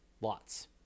Lots